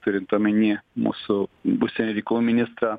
turint omenyje mūsų užsienio reikalų ministrą